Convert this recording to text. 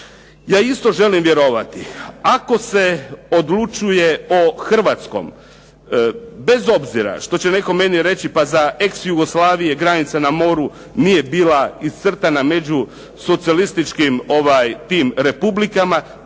Ja isto želim vjerovati ako se odlučuje o hrvatskom bez obzira što će netko meni reći pa za ex Jugoslavije granica na moru nije bila iscrtana među socijalističkim republikama